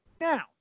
Now